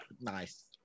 nice